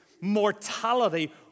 mortality